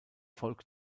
volk